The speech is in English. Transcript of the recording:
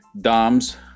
Dom's